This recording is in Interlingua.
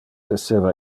esseva